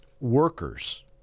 workers